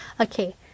Okay